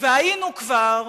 היינו כבר